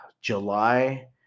July